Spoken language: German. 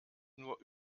nur